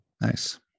Nice